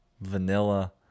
vanilla